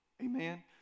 Amen